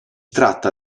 tratta